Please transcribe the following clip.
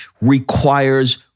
requires